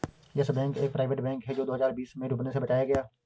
yes bank एक private bank है जो दो हज़ार बीस में डूबने से बचाया गया